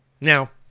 Now